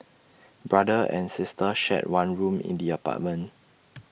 brother and sister shared one room in the apartment